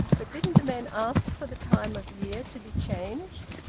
but didn't the men ask for the time of year to be changed?